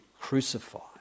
crucified